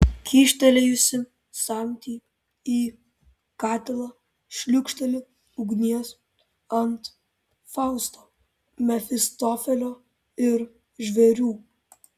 kyštelėjusi samtį į katilą šliūkšteli ugnies ant fausto mefistofelio ir žvėrių